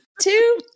two